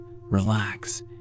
relax